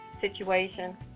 situation